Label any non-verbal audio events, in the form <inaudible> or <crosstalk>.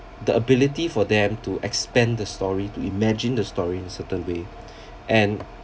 the ability for them to expand the story to imagine the story in certain way <breath> and